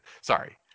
Sorry